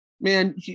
man